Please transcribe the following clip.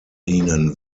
ihnen